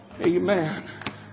Amen